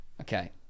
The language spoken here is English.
Okay